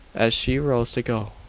as she rose to go,